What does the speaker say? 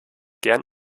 gern